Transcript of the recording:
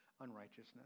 unrighteousness